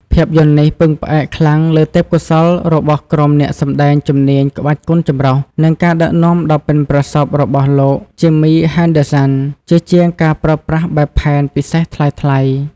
ភាពយន្តនេះពឹងផ្អែកខ្លាំងលើទេពកោសល្យរបស់ក្រុមអ្នកសម្ដែងជំនាញក្បាច់គុនចម្រុះ និងការដឹកនាំដ៏ប៉ិនប្រសប់របស់លោក Jimmy Henderson ជាជាងការប្រើប្រាស់បែបផែនពិសេសថ្លៃៗ។